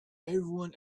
everyone